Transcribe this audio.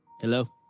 Hello